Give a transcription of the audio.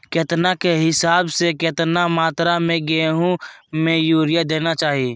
केतना के हिसाब से, कितना मात्रा में गेहूं में यूरिया देना चाही?